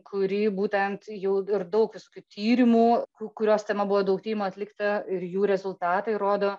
kuri būtent jau ir daug visokių tyrimų ku kurios tema buvo daug tyrimų atlikta ir jų rezultatai rodo